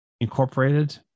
incorporated